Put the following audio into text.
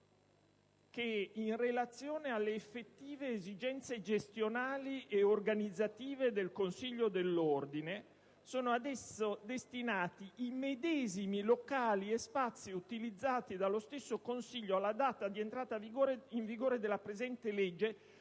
in relazione alle effettive esigenze gestionali ed organizzative del Consiglio dell'ordine, «sono ad esso destinati i medesimi locali e spazi utilizzati dallo stesso Consiglio alla data di entrata in vigore della presente legge»